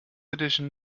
edition